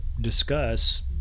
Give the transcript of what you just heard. discuss